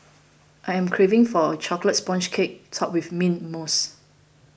I am craving for a Chocolate Sponge Cake Topped with Mint Mousse